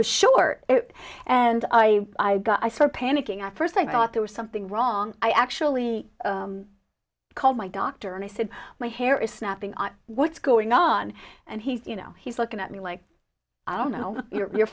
was short and i got i swear panicking at first i thought there was something wrong i actually called my doctor and i said my hair is snapping what's going on and he you know he's looking at me like i don't know you're